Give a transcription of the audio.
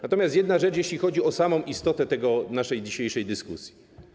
Natomiast jedna rzecz, jeśli chodzi o samą istotę naszej dzisiejszej dyskusji.